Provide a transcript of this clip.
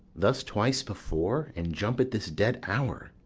thus twice before, and jump at this dead hour,